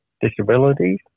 disabilities